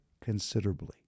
considerably